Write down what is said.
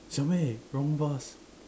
小妹 wrong bus